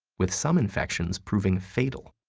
with some infections proving fatal.